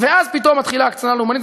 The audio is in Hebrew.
ואז פתאום מתחילה ההקצנה הלאומנית,